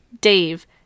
Dave